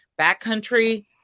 Backcountry